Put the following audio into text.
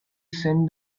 send